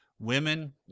women